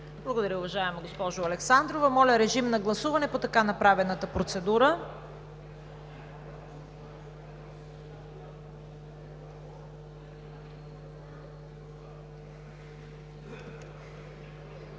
Благодаря, уважаема госпожо Александрова. Моля, гласувайте така направената процедура.